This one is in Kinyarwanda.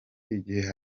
igihe